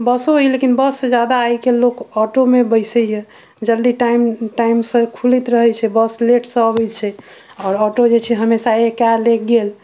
बसो अइ लेकिन बससँ ज्यादा आइकाल्हि लोग ऑटोमे बैसैए जल्दी टाइम टाइमसँ खुलैत रहै छै बस लेटसँ अबै छै आओर ऑटो जे छै हमेशा एक आयल एक गेल